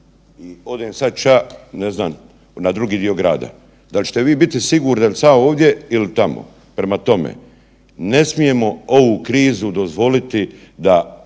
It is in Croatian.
odem sad ća, ne znam, na drugi dio grada, da li ćete vi biti sigurni jel sam ja ovdje il tamo? Prema tome, ne smijemo ovu krizu dozvoliti da